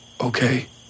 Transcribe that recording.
Okay